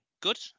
good